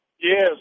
Yes